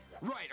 Right